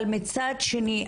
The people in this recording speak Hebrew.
אבל מצד שני,